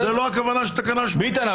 זו לא הכוונה של תקנה 80. ביטן,